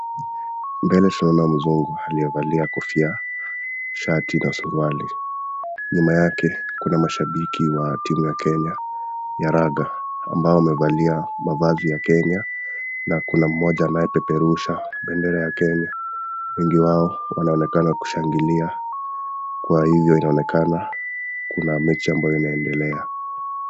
Mbele tunaona mzungu aliyevalia kofia, shati na suruali, nyuma yake kuna mashabiki wa timu ya Kenya ya raga ambao wamevalia mavazi ya Kenya na kuna mmoja anayepeperusha bendera ya Kenya, wengi wao wanaonekana kushangilia, kwa hivyo inaonekana kuna mechi ambayo inaendelea.